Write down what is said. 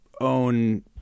own